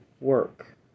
work